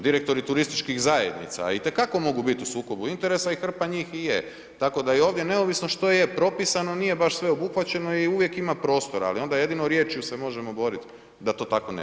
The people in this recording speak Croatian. Direktori turističkih zajednica itekako mogu bit u sukobu interesa i hrpa njih i je, tako da i ovdje neovisno što je propisano nije baš sve obuhvaćeno i uvijek ima prostora, ali onda jedino riječju se možemo borit da to tako ne bude.